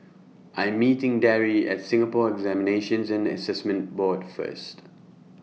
I Am meeting Darry At Singapore Examinations and Assessment Board First